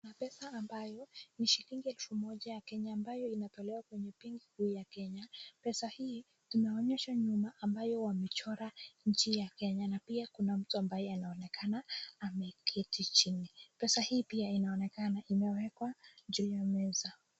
Kuna pesa ambayo ni shilingi elfu moja ya kenya ambayo inatolewa kwenye benki kuu ya Kenya. Pesa hii tumeonyeshwa nyuma ambayo wamechora nchi ya kenya na pia kuna mtu ambaye anaonekana ameketi chini, pesa hii pia inaonekana imewekwa juu ya meza.